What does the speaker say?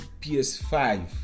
PS5